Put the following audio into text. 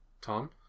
Tom